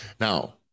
Now